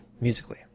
musically